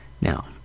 Now